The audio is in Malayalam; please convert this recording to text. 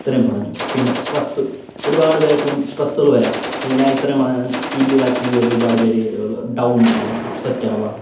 ഇത്രയും പറഞ്ഞു പിന്നെ സ്ട്രെസ്സ് ഒരുപാട് പേർക്കും സ്ട്രെസ്സുകള് വരാം ഞാന് ഇത്രയും പറഞ്ഞത് സ്കില്ലുകള് അച്ചീവ് ചെയ്യുമ്പോള് ഒരുപാട് പേര് ഡൗണാവാം അപ്സെറ്റാവാം